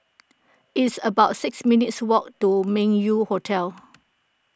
it's about six minutes' walk to Meng Yew Hotel